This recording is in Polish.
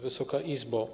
Wysoka Izbo!